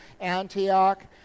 Antioch